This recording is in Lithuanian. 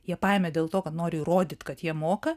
jie paėmė dėl to kad noriu įrodyt kad jie moka